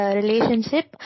relationship